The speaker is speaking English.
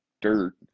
dirt